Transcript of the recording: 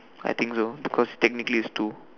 I think so because technically it's two